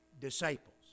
disciples